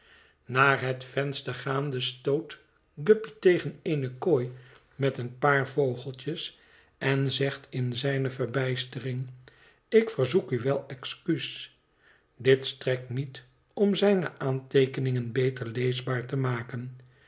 naar het venster gaande stoot guppy tegen eene kooi met een paar vogeltjes en zegt in zijne verbijstering ik verzoek u wel excuus dit strekt niet om zijne aanteekeningen beter leesbaar te maken